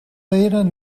eren